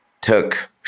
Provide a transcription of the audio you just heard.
took